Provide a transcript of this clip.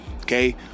okay